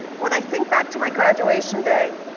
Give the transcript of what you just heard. when i think back to my graduation day,